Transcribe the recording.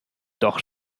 doch